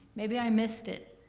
maybe i missed it,